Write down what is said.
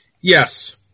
Yes